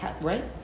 Right